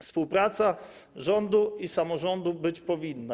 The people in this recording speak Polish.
Współpraca rządu i samorządu być powinna.